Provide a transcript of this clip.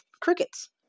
crickets